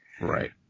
Right